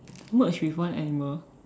merge with one animal